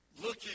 looking